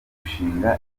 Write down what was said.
gushinga